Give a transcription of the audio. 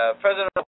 President